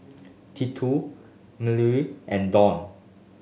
Tito Mellie and Dawn